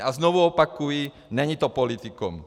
A znovu opakuji, není to politikum.